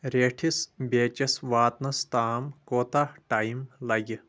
ریٹھِس بیٖچس واتنَس تام کوٗتاہ ٹایِم لگہِ